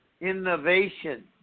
innovation